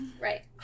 Right